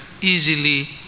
easily